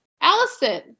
Allison